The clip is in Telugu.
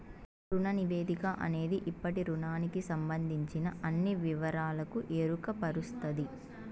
రుణ నివేదిక అనేది ఇప్పటి రుణానికి సంబందించిన అన్ని వివరాలకు ఎరుకపరుస్తది